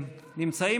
המסדרת,